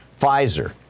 Pfizer